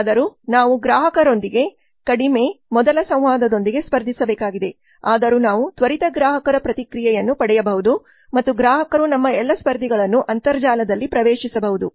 ಹೇಗಾದರೂ ನಾವು ಗ್ರಾಹಕರೊಂದಿಗೆ ಕಡಿಮೆ ಮೊದಲ ಸಂವಾದದೊಂದಿಗೆ ಸ್ಪರ್ಧಿಸಬೇಕಾಗಿದೆ ಆದರೂ ನಾವು ತ್ವರಿತ ಗ್ರಾಹಕರ ಪ್ರತಿಕ್ರಿಯೆಯನ್ನು ಪಡೆಯಬಹುದು ಮತ್ತು ಗ್ರಾಹಕರು ನಮ್ಮ ಎಲ್ಲ ಸ್ಪರ್ಧಿಗಳನ್ನು ಅಂತರ್ಜಾಲದಲ್ಲಿ ಪ್ರವೇಶಿಸಬಹುದು